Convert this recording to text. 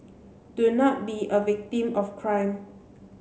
do not be a victim of crime